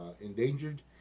endangered